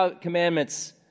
commandments